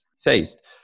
faced